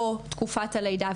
או תקופת הלידה,